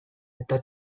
eta